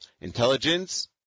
Intelligence